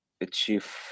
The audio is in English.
achieve